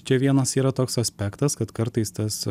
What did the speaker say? čia vienas yra toks aspektas kad kartais tas